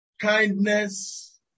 kindness